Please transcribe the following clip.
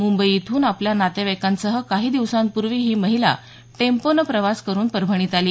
मुंबई इथून आपल्या नातेवाईकासह काही दिवसांपूर्वी ही महिला टेम्पोनं प्रवास करुन परभणीत आली